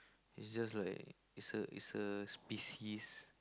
it's just like it's a it's a species